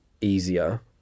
easier